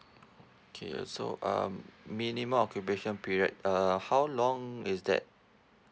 okay so um minimum occupation period uh how long is that